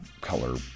color